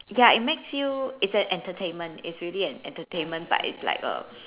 ya it makes you it's an entertainment it's really an entertainment but it's like a